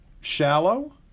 shallow